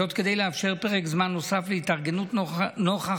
כדי לאפשר פרק זמן נוסף להתארגנות נוכח